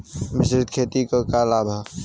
मिश्रित खेती क का लाभ ह?